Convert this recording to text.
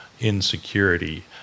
insecurity